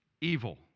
Evil